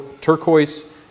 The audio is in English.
turquoise